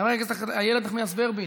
חברת הכנסת איילת נחמיאס ורבין,